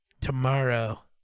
tomorrow